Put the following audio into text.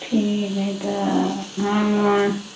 ठीक हइ तऽ हम